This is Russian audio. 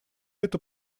это